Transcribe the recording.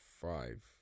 five